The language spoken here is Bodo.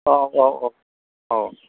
औ औ औ औ